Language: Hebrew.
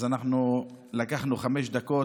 אז אנחנו לקחנו חמש דקות,